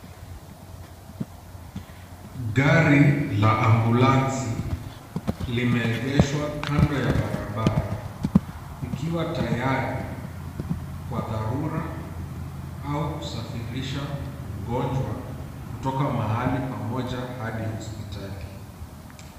Gari la ambulansi limeegeshwa kando ya barabara likiwa tayari kwa dharura au kusafirisha mgonjwa kutoka mahali pamoja hadi hospitali.